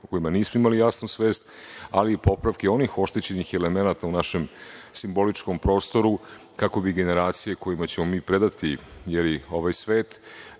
kojima nismo imali jasnu svest, ali i popravke onih oštećenih elemenata u našem simboličkom prostoru, kako bi generacije kojima ćemo mi predati ovaj svet